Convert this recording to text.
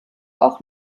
auch